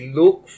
look